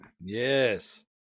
Yes